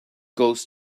goes